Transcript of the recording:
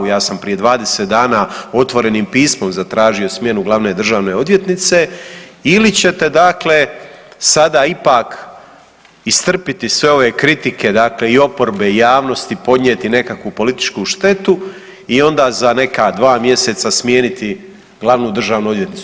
Ja sam prije 20 dana otvorenim pismom zatražio smjenu glavne državne odvjetnice ili ćete dakle sada ipak istrpiti sve ove kritike, dakle i oporbe i javnosti, podnijeti nekakvu političku štetu i onda za neka dva mjeseca smijeniti glavnu državnu odvjetnicu.